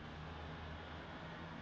will you will you get birthday presents